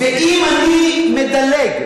ואם אני מדלג,